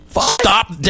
Stop